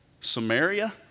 Samaria